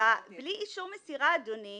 במקום שהוא ינסה לנחש או לדמיין